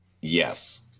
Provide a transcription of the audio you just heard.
yes